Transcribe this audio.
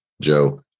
Joe